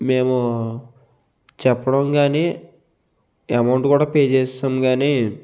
మేము చెప్పడం గాని ఎమౌంట్ కూడా పే చేసేశాం గాని